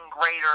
greater